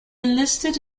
enlisted